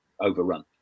overrun